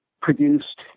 produced